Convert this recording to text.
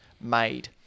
made